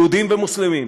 יהודים ומוסלמים,